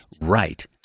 right